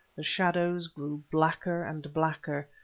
the shadows grew blacker and blacker,